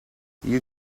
you